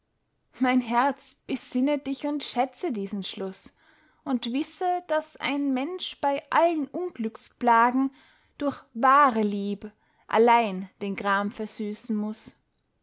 mein herz besinne dich und schätze diesen schluß und wisse daß ein mensch bei allen unglücksplagen durch wahre lieb allein den gram versüßen muß